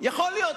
יכול להיות.